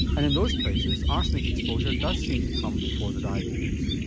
and in those places arsenic exposure does seem to come before the diabetes.